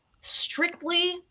strictly